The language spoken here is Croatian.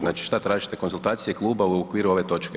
Znači što tražite konzultacije kluba u okviru ove točke?